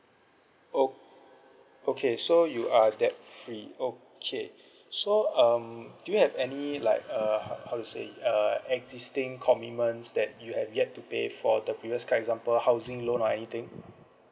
o~ okay so you are debt free okay so um do you have any like uh how to say uh existing commitments that you have yet to pay for the previous card example housing loan or anything